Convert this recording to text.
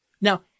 Now